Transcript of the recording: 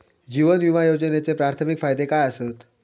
जीवन विमा योजनेचे प्राथमिक फायदे काय आसत?